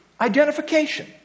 identification